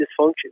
dysfunction